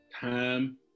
time